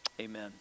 Amen